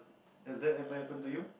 has that ever happen to you